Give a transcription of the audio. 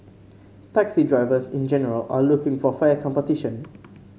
taxi drivers in general are looking for fair competition